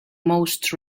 most